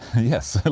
yes,